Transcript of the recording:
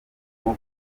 nko